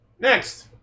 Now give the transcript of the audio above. Next